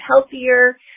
healthier